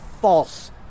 false